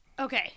okay